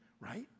right